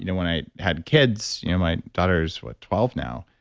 you know when i had kids, you know my daughter is what, twelve now,